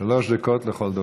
שלוש דקות לכל דובר.